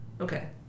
Okay